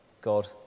God